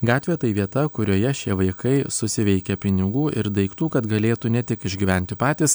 gatvė tai vieta kurioje šie vaikai susiveikia pinigų ir daiktų kad galėtų ne tik išgyventi patys